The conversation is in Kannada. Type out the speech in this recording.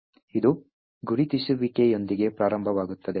ಇದು ಗುರುತಿಸುವಿಕೆಯೊಂದಿಗೆ ಪ್ರಾರಂಭವಾಗುತ್ತದೆ